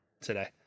today